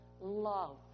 love